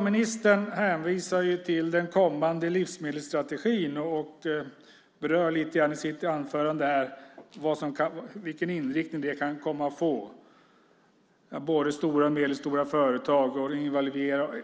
Ministern hänvisar till den kommande livsmedelsstrategin, och han berörde i sitt anförande vilken inriktning den kan komma att få. Det gäller båda stora och medelstora företag och